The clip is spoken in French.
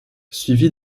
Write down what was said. suivi